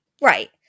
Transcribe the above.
Right